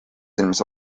silmis